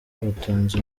batanze